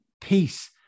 peace